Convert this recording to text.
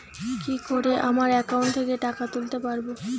কি করে আমার একাউন্ট থেকে টাকা তুলতে পারব?